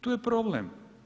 Tu je problem.